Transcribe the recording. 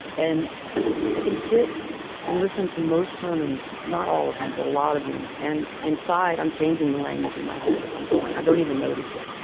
and i can sit and listen to most sermons not all of them, but a lot of them and inside, i'm changing the language in my head as i'm going. going. i don't even notice it.